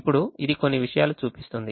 ఇప్పుడు ఇది కొన్ని విషయాలను చూపిస్తుంది